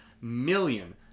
million